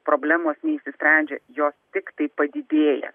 problemos neišsisprendžia jos tiktai padidėja